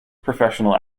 professional